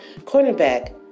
cornerback